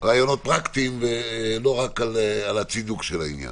רעיונות פרקטיים ולא רק על הצידוק של העניין.